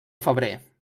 febrer